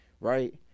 Right